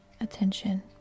attention